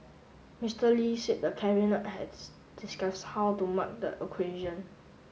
Mister Lee said the Cabinet has discuss how to mark the occasion